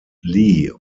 lee